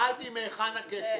שאלתי מהיכן הכסף.